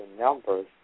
numbers